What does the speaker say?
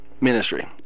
ministry